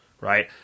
right